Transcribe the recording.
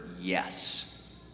yes